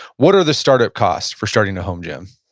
what are the startup cost for starting a home gym?